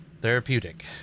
therapeutic